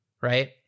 right